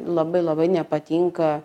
labai labai nepatinka